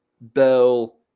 Bell